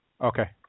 Okay